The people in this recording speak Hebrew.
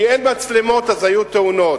כי אין מצלמות אז היו תאונות,